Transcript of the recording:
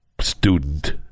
student